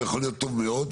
ויכול להיות טוב מאוד,